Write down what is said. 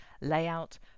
layout